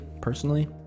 personally